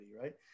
right